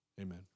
amen